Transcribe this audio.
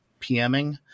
PMing